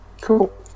Cool